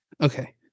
Okay